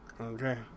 Okay